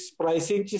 pricing